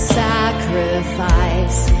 sacrifice